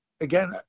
again